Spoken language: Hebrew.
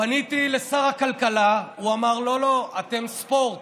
פניתי לשר הכלכלה, הוא אמר: לא, לא, אתם ספורט.